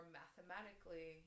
mathematically